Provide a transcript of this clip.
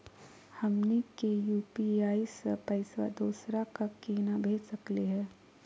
हमनी के यू.पी.आई स पैसवा दोसरा क केना भेज सकली हे?